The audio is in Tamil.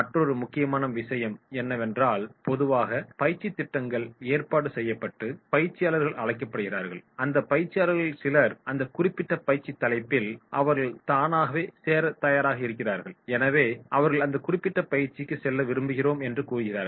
மற்றொரு முக்கியமான விஷயம் என்னவென்றால் பொதுவாக பயிற்சித் திட்டங்கள் ஏற்பாடு செய்யப்பட்டு பயிற்சியாளர்கள் அழைக்கப்படுகிறார்கள் அந்த பயிற்சியாளர்களில் சிலர் அந்த குறிப்பிட்ட பயிற்சித் தலைப்பில் அவர்கள் தானாகவே சேர தயாராக இருக்கிறார்கள் எனவே அவர்கள் அந்த குறிப்பிட்ட பயிற்சிக்கு செல்ல விரும்புகிறோம் என்று கூறுகிறார்கள்